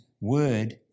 word